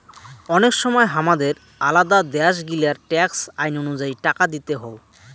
অনেক সময় হামাদের আলাদা দ্যাশ গিলার ট্যাক্স আইন অনুযায়ী টাকা দিতে হউ